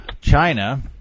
China